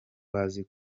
bazi